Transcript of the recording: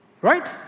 right